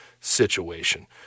situation